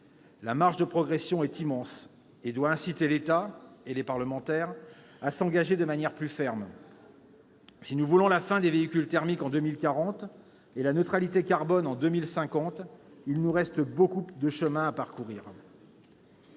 La marge de progression est immense : elle doit inciter l'État et les parlementaires à s'engager de manière plus énergique. Si nous voulons la fin des véhicules thermiques en 2040 et la neutralité carbone en 2050, il nous reste beaucoup de chemin à parcourir.